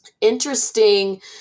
interesting